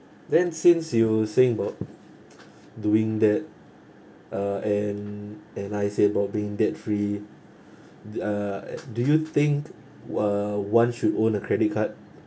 then since you're saying about doing that uh and and I say about being debt free d~ uh do you think uh one should own a credit card